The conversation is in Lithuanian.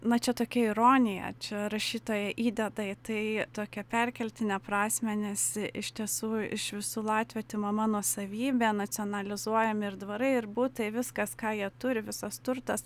na čia tokia ironija čia rašytoja įdeda į tai tokią perkeltinę prasmę nes iš tiesų iš visų latvių atimama nuosavybė nacionalizuojami ir dvarai ir butai viskas ką jie turi visas turtas